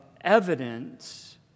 evidence